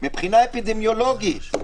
מבחינה אפידמיולוגית,